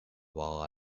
while